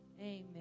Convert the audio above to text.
Amen